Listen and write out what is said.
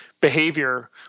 behavior